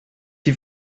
die